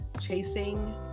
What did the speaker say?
chasing